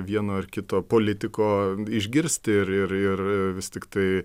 vieno ar kito politiko išgirsti ir ir ir vis tiktai